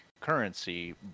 currency